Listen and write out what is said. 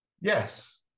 yes